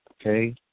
okay